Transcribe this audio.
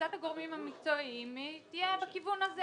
המלצת הגורמים המקצועיים תהיה בכיוון הזה.